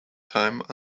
time